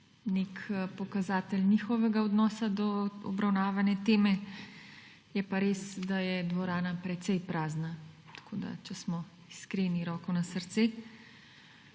nek pokazatelj njihovega odnosa do obravnavane teme. Je pa res, da je dvorana precej prazna. Tako, če smo iskreni, roko na srce.